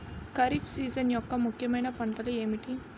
Kharif season యెక్క ముఖ్యమైన పంటలు ఏమిటీ?